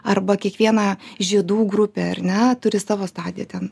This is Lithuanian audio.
arba kiekviena žiedų grupė ar ne turi savo stadiją ten